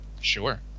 Sure